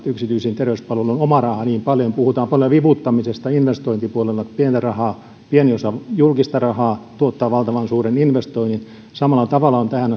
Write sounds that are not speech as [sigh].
[unintelligible] yksityisiin terveyspalveluihin omaa rahaa niin paljon puhutaan paljon vivuttamisesta investointipuolella pieni osa julkista rahaa tuottaa valtavan suuren investoinnin samalla tavalla on tähän [unintelligible]